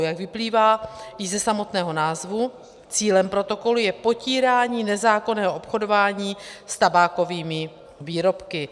Jak vyplývá již ze samotného názvu, cílem protokolu je potírání nezákonného obchodování s tabákovými výrobky.